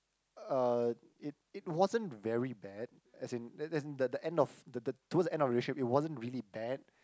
uh it it wasn't very bad as in as in the end of the the towards the end of the relationship it wasn't really bad